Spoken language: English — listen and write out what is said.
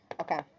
okay